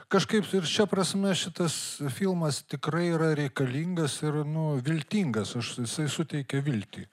kažkaip ir šia prasme šitas filmas tikrai yra reikalingas nu viltingas aš jisai suteikia viltį